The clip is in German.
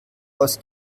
aus